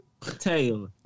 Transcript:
Taylor